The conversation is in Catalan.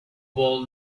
vol